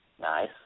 Nice